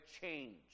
change